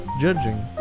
judging